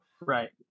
right